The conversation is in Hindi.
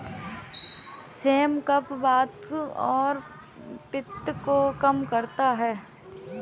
सेम कफ, वात और पित्त को कम करता है